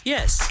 Yes